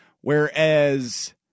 Whereas